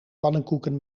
pannenkoeken